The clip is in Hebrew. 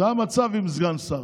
סגן שר